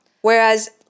Whereas